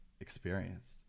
experienced